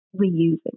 reusing